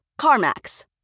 CarMax